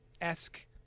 Esque